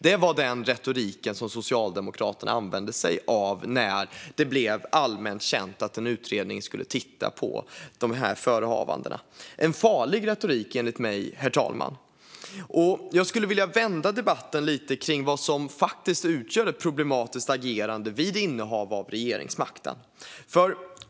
Det var den retorik som Socialdemokraterna använde sig av när det blev allmänt känt att en utredning ska titta på dessa förehavanden. Herr talman! Det är en farlig retorik, enligt mig. Jag skulle vilja vända debatten mot vad som faktiskt utgör ett problematiskt agerande vid innehav av regeringsmakt.